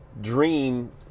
dream